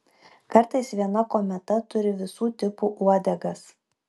kartais viena kometa turi visų tipų uodegas